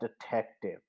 detective